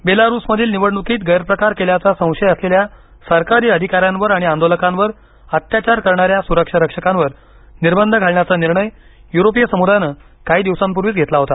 बेलारूसमधील निवडणुकीत गैरप्रकार केल्याचा संशय असलेल्या सरकारी अधिकाऱ्यांवर आणि आंदोलकांवर अत्याचार करणाऱ्या सुरक्षा रक्षकांवर निर्बंध घालण्याचा निर्णय युरोपीय समुदायानं काही दिवसांपूर्वीच घेतला होता